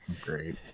Great